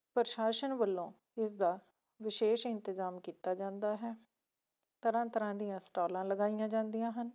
ਪ੍ਰਸ਼ਾਸਨ ਵੱਲੋਂ ਇਸਦਾ ਵਿਸ਼ੇਸ਼ ਇੰਤਜ਼ਾਮ ਕੀਤਾ ਜਾਂਦਾ ਹੈ ਤਰ੍ਹਾਂ ਤਰ੍ਹਾਂ ਦੀਆਂ ਸਟੋਲਾਂ ਲਗਾਈਆਂ ਜਾਂਦੀਆਂ ਹਨ